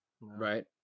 Right